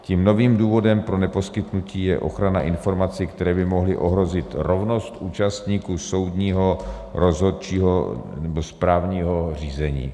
Tím novým důvodem pro neposkytnutí je ochrana informací, které by mohly ohrozit rovnost účastníků soudního, rozhodčího nebo správního řízení.